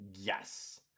Yes